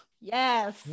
yes